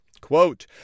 Quote